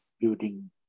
building